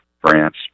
France